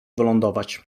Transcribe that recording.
wylądować